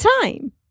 time